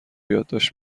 یادداشت